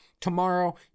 tomorrow